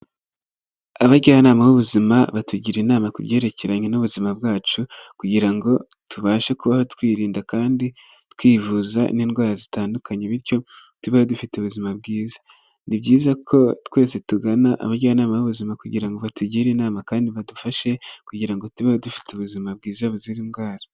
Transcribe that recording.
Abajyanama b'ubuzima batugira inama ku byerekeranye n'ubuzima bwacu kugira ngo tubashe kubaho twirinda kandi twivuza n'indwara zitandukanye bityo tube dufite ubuzima bwiza. Ni byiza ko twese tugana abajyanama b'ubuzima kugira ngo batugire inama kandi badufashe kugira ngo tubeho dufite ubuzima bwiza buzira indwara.